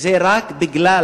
וזה רק משום,